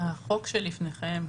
החוק שלפניכם,